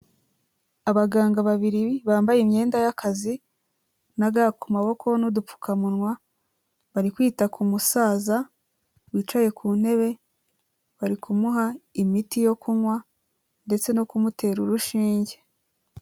Abaganga babiri bambaye imyenda y'akazi na ga ku maboko n'udupfukamunwa, bari kwita ku musaza wicaye ku ntebe bari kumuha imiti yo kunywa ndetse no kumutera urushinge.